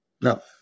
no